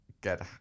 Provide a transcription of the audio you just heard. get